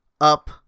up